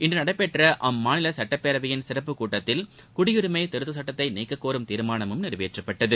இன்று நடைபெற்ற அம்மாநில சுட்டப்பேரவையின் சிறப்பு கூட்டத்தில் குடியுரிமை திருத்த சட்டத்தை நீக்க கோரும் தீர்மானமும் நிறைவேற்றப்பட்டது